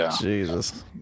Jesus